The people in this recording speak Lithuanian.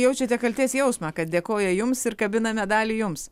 jaučiate kaltės jausmą kad dėkoja jums ir kabina medalį jums